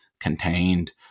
contained